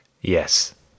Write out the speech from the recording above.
yes